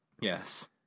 Yes